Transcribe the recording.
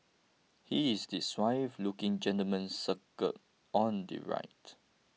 he is the suave looking gentleman circled on the right